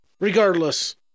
Regardless